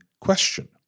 question